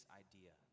idea